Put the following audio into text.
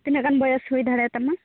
ᱛᱤᱱᱟᱹᱜ ᱜᱟᱱ ᱵᱚᱭᱚᱥ ᱦᱩᱭ ᱫᱟᱲᱮᱭᱟ ᱛᱟᱢᱟ